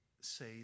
say